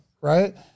right